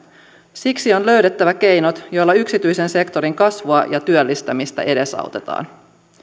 siksi on löydettävä keinot joilla yksityisen sektorin kasvua ja työllistämistä edesautetaan